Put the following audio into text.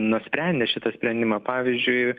nusprendė šitą sprendimą pavyzdžiui